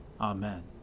Amen